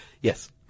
Yes